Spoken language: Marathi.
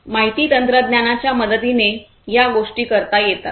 माहिती तंत्रज्ञानाच्या मदतीने या गोष्टी करता येतात